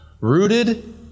rooted